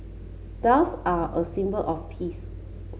doves are a symbol of peace